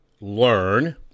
learn